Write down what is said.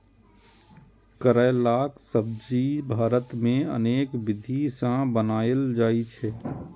करैलाक सब्जी भारत मे अनेक विधि सं बनाएल जाइ छै